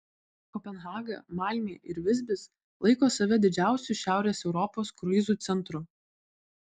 kopenhaga malmė ir visbis laiko save didžiausiu šiaurės europos kruizų centru